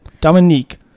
Dominique